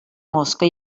mosca